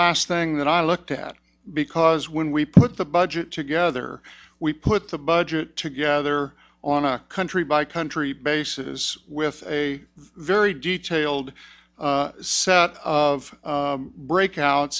last thing that i looked at because when we put the budget together we put the budget together on a country by country basis with a very detailed set of breakout